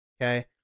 Okay